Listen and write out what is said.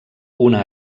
una